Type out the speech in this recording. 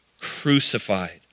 crucified